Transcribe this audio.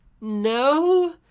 no